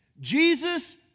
Jesus